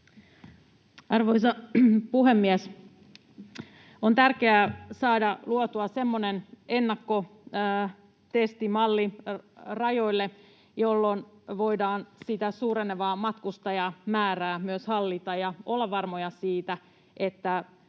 Arvoisa puhemies! On tärkeää saada luotua semmoinen ennakkotestimalli rajoille, että voidaan myös suurenevaa matkustajamäärää hallita ja olla varmoja siitä, että